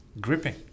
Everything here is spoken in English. gripping